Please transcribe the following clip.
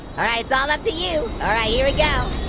alright, it's all up to you, alright, here we go.